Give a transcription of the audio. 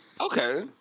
Okay